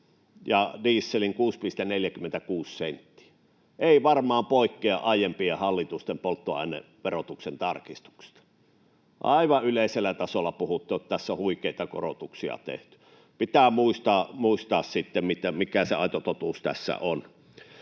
ja dieselin 6,46 senttiä. Ei varmaan poikkea aiempien hallitusten polttoaineverotuksen tarkistuksesta. Aivan yleisellä tasolla puhuttu, että tässä on huikeita korotuksia tehty. Pitää muistaa sitten, mikä se aito totuus tässä on.